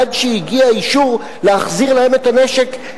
עד שהגיע אישור להחזיר להם את הנשק,